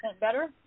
better